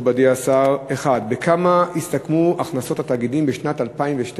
מכובדי השר: 1. בכמה הסתכמו הכנסות התאגידים בשנת 2012,